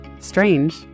Strange